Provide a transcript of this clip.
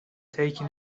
taken